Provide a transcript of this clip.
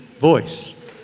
voice